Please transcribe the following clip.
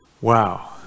Wow